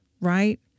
Right